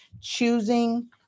choosing